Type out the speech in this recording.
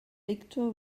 victor